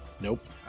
Nope